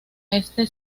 este